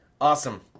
Awesome